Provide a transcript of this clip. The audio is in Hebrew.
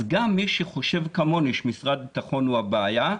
אז גם מי שחושב כמוני שמשרד הביטחון הוא הבעיה,